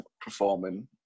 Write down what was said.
performing